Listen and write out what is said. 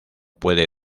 puede